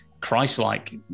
christ-like